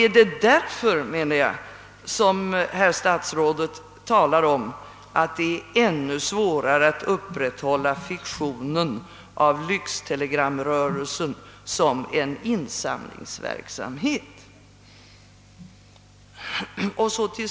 Är det därför herr statsrådet talar om att det är ännu svårare att upprätthålla fiktionen av lyxtelegramrörelsen som en insamlingsverksamhet?